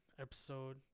episode